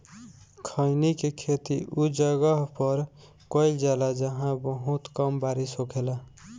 खईनी के खेती उ जगह पर कईल जाला जाहां बहुत कम बारिश होखेला